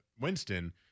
Winston